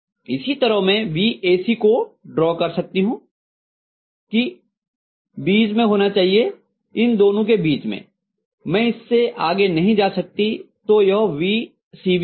इसी तरह मैं vAC को ड्रा कर सकती हूँ कि बीच मैं होना चाहिए इन दोनों के बीच में मैं इससे आगे नहीं जा सकती तो यह vCB होगा